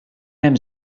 hemm